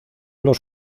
los